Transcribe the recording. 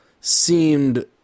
seemed